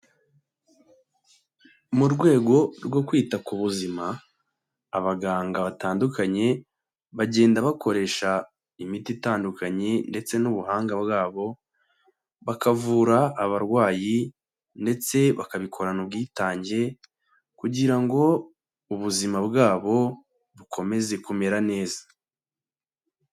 Mu rwego rwo kwita ku buzima abaganga batandukanye bagenda bakoresha imiti itandukanye ndetse n'ubuhanga bwabo, bakavura abarwayi ndetse bakabikorana ubwitange kugira ngo ubuzima bwabo bukomeze kumera neza.